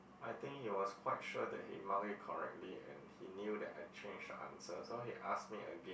I think he was quite sure that he mark it correctly and he knew that I change the answer so he ask me again